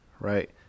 Right